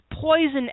poison